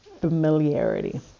familiarity